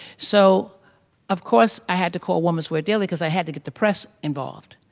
so of course i had to call women's wear daily because i had to get the press involved.